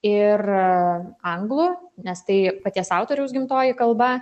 ir anglų nes tai paties autoriaus gimtoji kalba